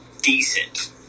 decent